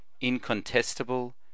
incontestable